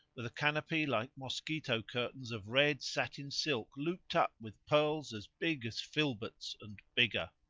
with a canopy like mosquito curtains of red satin silk looped up with pearls as big as filberts and bigger.